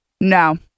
No